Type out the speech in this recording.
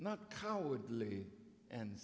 not cowardly and